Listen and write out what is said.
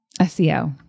SEO